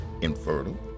infertile